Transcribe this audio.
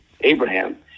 Abraham